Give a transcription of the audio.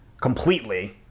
completely